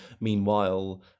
meanwhile